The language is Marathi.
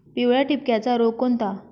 पिवळ्या ठिपक्याचा रोग कोणता?